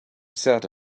said